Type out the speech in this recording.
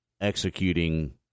executing